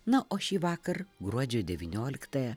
na o šįvakar gruodžio devynioliktąją